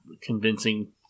convincing